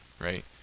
right